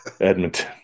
Edmonton